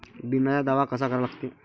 बिम्याचा दावा कसा करा लागते?